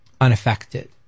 unaffected